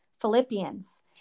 Philippians